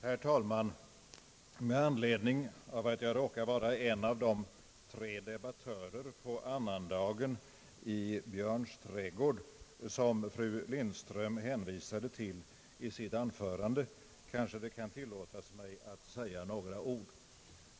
Herr talman! Med anledning av att jag råkar vara en av de tre debattörer annandag jul i Björns trädgård som fru Lindström hänvisade till i sitt anförande, må det tillåtas mig att säga några ord.